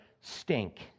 stink